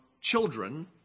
children